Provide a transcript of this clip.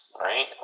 right